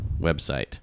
website